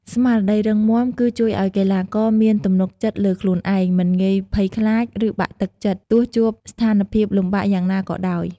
ស្មារតីរឹងមាំគឺជួយឲ្យកីឡាករមានទំនុកចិត្តលើខ្លួនឯង មិនងាយភ័យខ្លាច ឬបាក់ទឹកចិត្ត ទោះជួបស្ថានភាពលំបាកយ៉ាងណាក៏ដោយ។